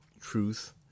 truth